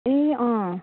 ए अँ